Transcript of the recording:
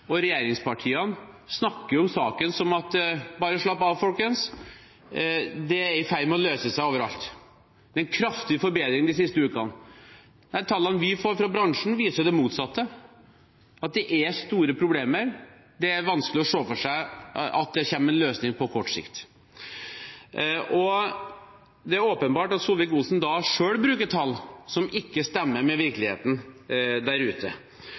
og regjeringspartiene snakker slik om saken: Bare slapp av, folkens, det er i ferd med å løse seg over alt, det er en kraftig forbedring de siste ukene. De tallene vi får fra bransjen, viser det motsatte. Det er store problemer, og det er vanskelig å se for seg at det kommer en løsning på kort sikt. Det er åpenbart at Solvik-Olsen selv bruker tall som ikke stemmer med virkeligheten der ute.